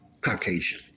Caucasian